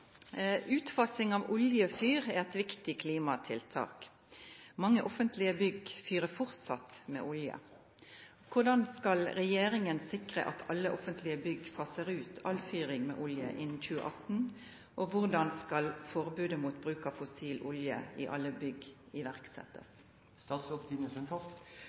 av oljefyr er et viktig klimatiltak. Mange offentlige bygg fyrer fortsatt med olje. Hvordan skal regjeringen sikre at alle offentlige bygg faser ut all fyring med olje innen 2018, og hvordan skal forbudet mot bruk av fossil olje i alle bygg iverksettes?»